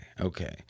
okay